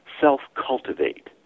self-cultivate